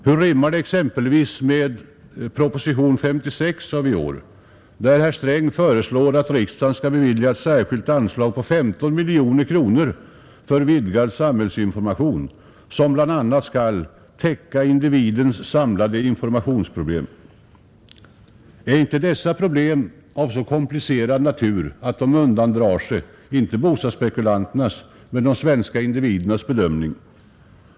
Hur rimmar det t.ex. med propositionen 56 år 1971, där herr Sträng föreslår att riksdagen skall bevilja ett särskilt anslag på 15 miljoner kronor för vidgad samhällsinformation, som bl, a. skall ”täcka individens samlade informationsbehov”? Är inte dessa problem av så komplicerad natur att de undandrar sig, inte bostadsspekulanternas men de svenska individernas bedömning?